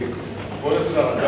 כבוד השר,